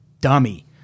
dummy